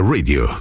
Radio